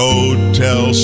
Hotel